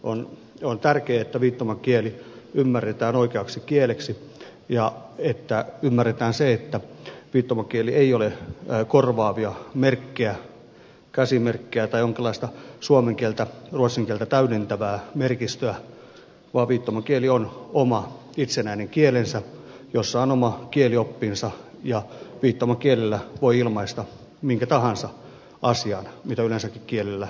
on tärkeää että viittomakieli ymmärretään oikeaksi kieleksi ja ymmärretään se että viittomakieli ei ole korvaavia merkkejä käsimerkkejä tai jonkinlaista suomen kieltä ruotsin kieltä täydentävää merkistöä vaan viittomakieli on oma itsenäinen kielensä jossa on oma kielioppinsa ja viittomakielellä voi ilmaista minkä tahansa asian mitä yleensäkin kielellä voi ilmaista